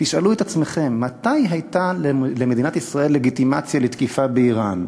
תשאלו את עצמכם מתי הייתה למדינת ישראל לגיטימציה לתקיפה באיראן?